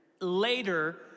later